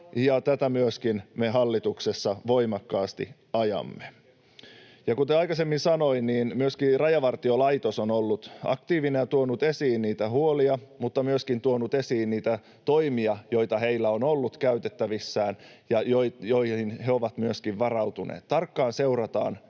ja tätä myöskin me hallituksessa voimakkaasti ajamme. Ja kuten aikaisemmin sanoin, niin myöskin Rajavartiolaitos on ollut aktiivinen ja tuonut esiin huolia mutta myöskin tuonut esiin niitä toimia, joita heillä on ollut käytettävissään ja joihin he ovat myöskin varautuneet. Tarkkaan seurataan